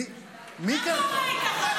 מה קורה איתך?